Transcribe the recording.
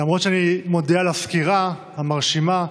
למרות שאני מודה על הסקירה המרשימה,